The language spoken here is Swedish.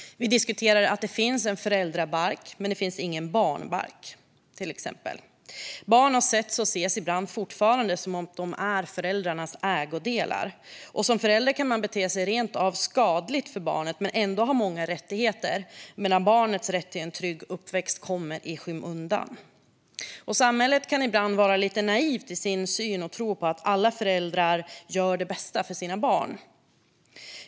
Vi diskuterar till exempel att det finns en föräldrabalk, men det finns ingen barnbalk. Barn har setts och ses ibland fortfarande som om de är föräldrarnas ägodelar. Som förälder kan man rent av bete sig skadligt för barnet men ändå ha många rättigheter, medan barnets rätt till ett trygg uppväxt kommer i skymundan. Samhället kan ibland vara lite naivt i sin syn och tro på att alla föräldrar gör det bästa för sina barn.